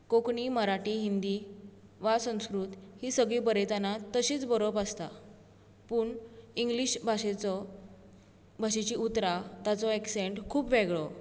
कोंकणी मराठी हिंदी वा संस्कृत ही बरयतना तशीच बरोवप आसता पूण इंग्लीश भाशेचो भाशेचीं उतरां ताचो एक्संट खूब वेगळो